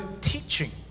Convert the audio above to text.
teaching